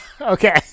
Okay